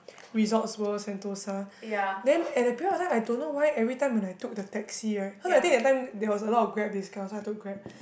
Resorts-World-Sentosa then at that period of time I don't know why every time when I took the took taxi right cause I think that time there was a lot of Grab discount so I took Grab